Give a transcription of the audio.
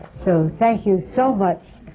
so thank you so much